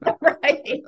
Right